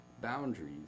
boundaries